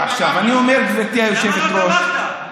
אני אומר, גברתי היושבת-ראש, למה לא תמכת?